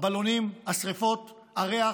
הבלונים, השרפות, הריח,